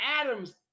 Adam's